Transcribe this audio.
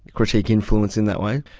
critique influence in that way,